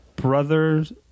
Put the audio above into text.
Brother's